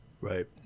right